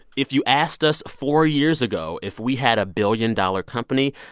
if you asked us four years ago if we had a billion-dollar company,